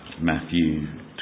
Matthew